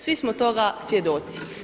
Svi smo toga svjedoci.